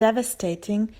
devastating